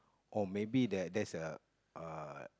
or maybe that that's a uh